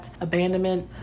abandonment